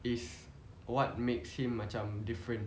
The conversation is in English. is what makes him macam different